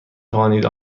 توانید